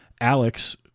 Alex